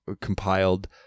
compiled